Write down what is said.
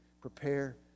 prepare